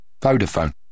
Vodafone